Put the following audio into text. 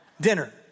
dinner